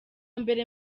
mbere